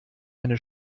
eine